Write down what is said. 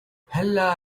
هلّا